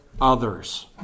others